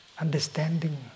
understanding